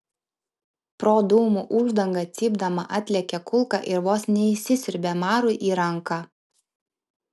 pro dūmų uždangą cypdama atlėkė kulka ir vos neįsisiurbė marui į ranką